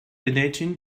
donating